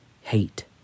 hate